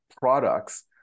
products